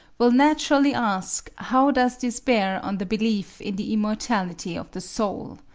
will naturally ask how does this bear on the belief in the immortality of the soul.